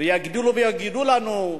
ויגדילו ויגידו לנו,